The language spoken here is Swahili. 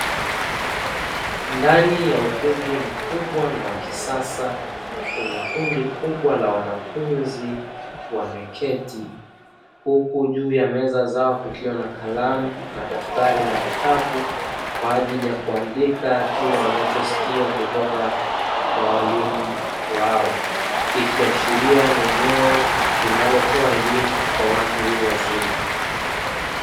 Ndani ya ukumbi mkubwa na wa kisasa kuna kundi kubwa la wanafunzi wameketi huku juu ya meza zao kukiwa na kalamu, madaftari na vitabu kwa ajili ya kuandika kile wanachosikia kutoka kwa walimu wao, ikiashiria ni eneo linalotoa elimu kwa watu wazima.